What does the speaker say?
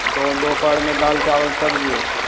और दो दोपहर में दाल चावल सब्जी